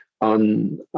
on